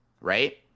right